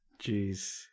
jeez